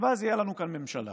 ואז תהיה לנו כאן ממשלה